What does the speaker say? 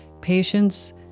patients